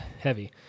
heavy